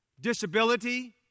disability